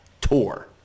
tour